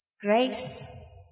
Grace